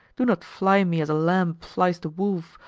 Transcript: do not fly me as a lamb flies the wolf,